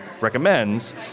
recommends